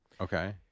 Okay